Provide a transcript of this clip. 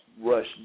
Rush